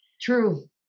True